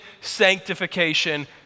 sanctification